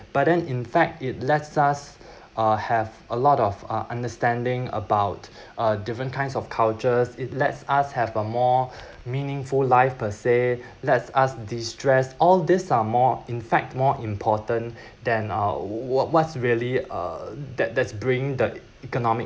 but then in fact it lets us uh have a lot of uh understanding about uh different kinds of cultures it lets us have a more meaningful life per se lets us destress all this are more in fact more important than uh what what's really uh that that's bring the economic